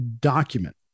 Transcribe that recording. document